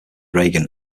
reagan